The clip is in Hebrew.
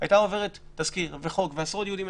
היו עוברים תזכיר וחוק ועשרות דיונים אצלנו.